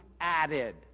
added